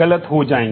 गलत हो जाएंगे